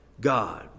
God